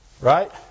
right